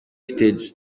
stage